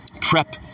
prep